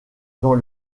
dans